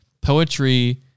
Poetry